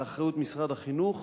לאחריות משרד החינוך,